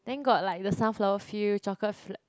then got like the sunflower field chocolate flat~